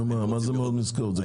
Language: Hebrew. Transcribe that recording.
נו, זה כלום.